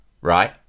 right